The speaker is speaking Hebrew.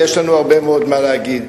ויש לנו הרבה מאוד מה להגיד.